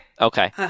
Okay